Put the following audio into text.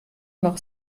noch